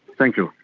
thank you.